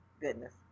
goodness